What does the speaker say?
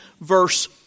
verse